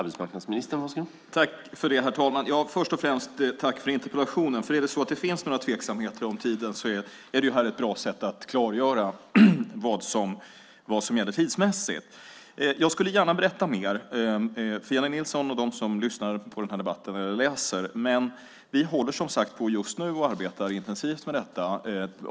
Herr talman! Först och främst vill jag tacka för interpellationen, för om det finns några tveksamheter om tiden är det här ett bra sätt att klargöra vad som gäller tidsmässigt. Jag skulle gärna berätta mer för Jennie Nilsson och för dem som lyssnar på debatten eller läser protokollet, men, som sagt, vi håller just nu på att arbeta intensivt med detta.